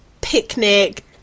picnic